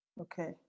okay